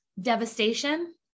devastation